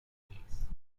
trees